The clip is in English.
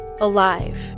alive